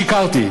שיקרתי.